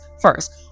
First